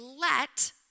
let